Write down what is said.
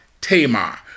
Tamar